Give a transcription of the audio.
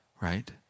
Right